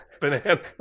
banana